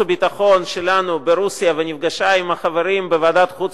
והביטחון שלנו ברוסיה ונפגשה עם החברים בוועדת החוץ